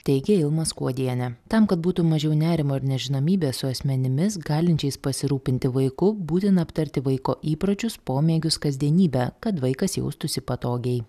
teigė ilma skuodienė tam kad būtų mažiau nerimo ir nežinomybės su asmenimis galinčiais pasirūpinti vaiku būtina aptarti vaiko įpročius pomėgius kasdienybę kad vaikas jaustųsi patogiai